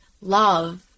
love